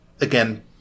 again